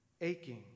aching